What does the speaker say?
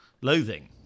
loathing